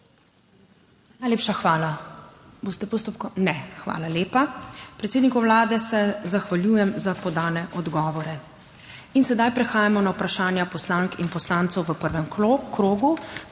Najlepša hvala. Boste postopkovno? Ne. Hvala lepa. Predsedniku Vlade se zahvaljujem za podane odgovore. Zdaj prehajamo na vprašanja poslank in poslancev v prvem krogu.